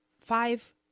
five